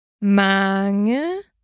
Mange